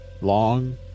long